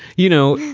you know.